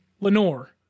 Lenore